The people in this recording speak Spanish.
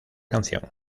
canción